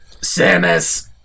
samus